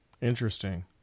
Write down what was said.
Interesting